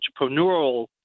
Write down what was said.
entrepreneurial